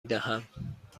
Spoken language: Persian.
دهم